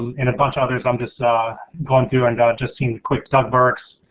and a bunch of others. i'm just going through and just seeing a quick, doug barkes,